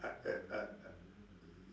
I I I